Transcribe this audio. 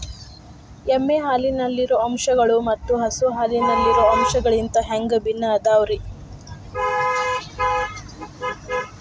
ಎಮ್ಮೆ ಹಾಲಿನಲ್ಲಿರೋ ಅಂಶಗಳು ಮತ್ತ ಹಸು ಹಾಲಿನಲ್ಲಿರೋ ಅಂಶಗಳಿಗಿಂತ ಹ್ಯಾಂಗ ಭಿನ್ನ ಅದಾವ್ರಿ?